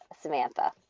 Samantha